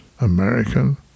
American